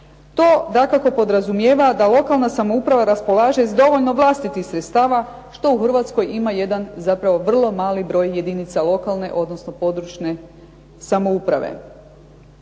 To dakako podrazumijeva da lokalna samouprava raspolaže sa dovoljno vlastitih sredstava što u Hrvatskoj ima jedan zapravo vrlo mali broj jedinica lokalne, odnosno područne samouprave.